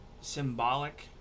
symbolic